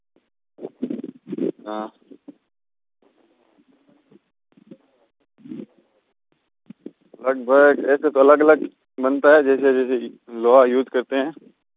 sir gate ऐसे तो अलग अलग बनता है जैसे जो जो लोहा यूज़ करते हैं